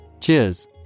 cheers